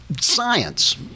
Science